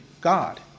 God